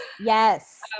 Yes